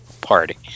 party